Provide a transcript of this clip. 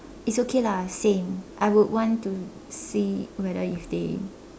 it's okay lah same I would want to see whether if they